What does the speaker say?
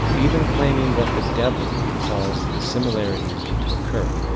even claiming that the devil caused the similarities to occur.